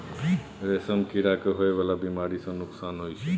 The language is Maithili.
रेशम कीड़ा के होए वाला बेमारी सँ नुकसान होइ छै